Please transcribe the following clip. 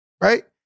right